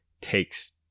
takes